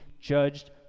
judged